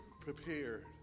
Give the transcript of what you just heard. prepared